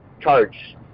charge